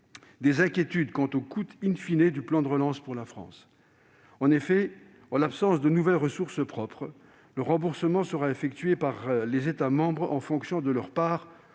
des inquiétudes quant au coût du plan de relance pour la France. En effet, en l'absence de nouvelles ressources propres, le remboursement sera assuré par les États membres en fonction de part